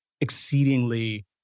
exceedingly